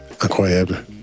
Incroyable